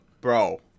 Bro